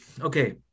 okay